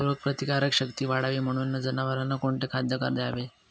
रोगप्रतिकारक शक्ती वाढावी म्हणून जनावरांना कोणते खाद्य द्यावे?